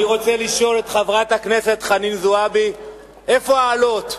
אני רוצה לשאול את חברת הכנסת חנין זועבי: איפה האלות?